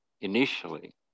initially